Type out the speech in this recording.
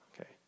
okay